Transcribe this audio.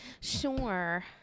Sure